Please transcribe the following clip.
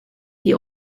die